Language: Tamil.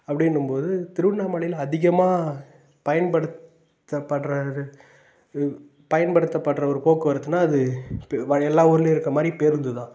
அப்படின்னும்போது திருவண்ணாமலையில் அதிகமாக பயன்படுத்தப்படுற ஒரு பயன்படுபத்தப்படுற ஒரு போக்குவரத்துன்னால் அது ப வ எல்லா ஊர்லேயும் இருக்கிற மாதிரி பேருந்துதான்